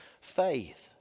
faith